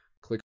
click